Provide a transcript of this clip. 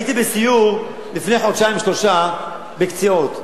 הייתי בסיור לפני חודשיים-שלושה בקציעות,